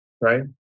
right